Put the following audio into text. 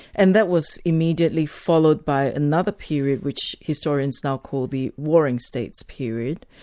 and that was immediately followed by another period which historians now call the warring states period,